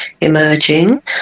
Emerging